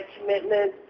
commitment